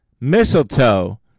mistletoe